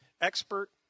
expert